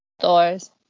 stores